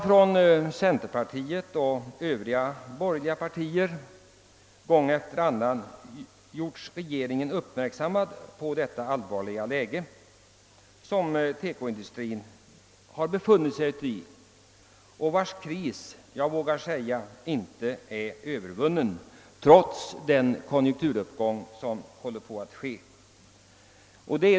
Från centerpartiets och övriga borgerliga partiers sida har regeringen gång efter annan gjorts uppmärksam på det allvarliga läge som TEKO-industrin har befunnit sig i, och denna kris vågar jag påstå inte är övervunnen trots den konjunkturuppgång som håller på att ske.